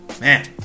Man